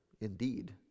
indeed